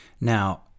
now